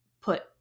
put